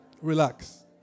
Relax